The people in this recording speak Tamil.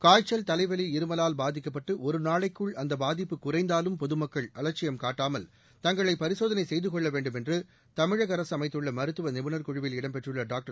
காய்ச்சல் தலைவலி இருமலால் பாதிக்கப்பட்டு ஒருநாளைக்குள் அந்த பாதிப்பு குறைந்தாலும் பொதுமக்கள் அலட்சியம் காட்டாமல் தங்களை பரிசோதனை செய்து கொள்ள வேண்டும் என்று தமிழக அரசு அமைத்துள்ள மருத்துவ நிபுணர் குழுவில் இடம்பெற்றுள்ள டாக்டர்